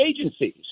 agencies